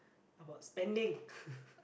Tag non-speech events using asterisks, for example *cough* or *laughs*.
how about spending *laughs*